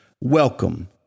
welcome